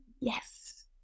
yes